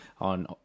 on